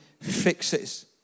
fixes